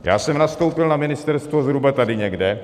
Já jsem nastoupil na ministerstvo zhruba tady někde.